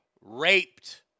raped